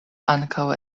ankaŭ